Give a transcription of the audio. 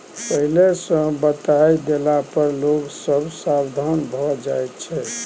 पहिले सँ बताए देला पर लोग सब सबधान भए जाइ छै